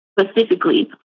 specifically